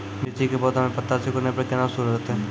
मिर्ची के पौघा मे पत्ता सिकुड़ने पर कैना सुधरतै?